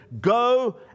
go